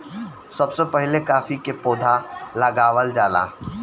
सबसे पहिले काफी के पौधा लगावल जाला